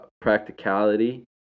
Practicality